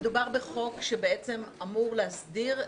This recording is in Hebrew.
אחר כך נבקש מהמסתייגים לומר את מה שהם רוצים לומר.